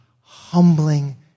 humbling